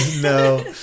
no